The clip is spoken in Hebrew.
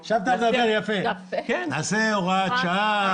עכשיו אתה מדבר יפה: נעשה הוראת שעה,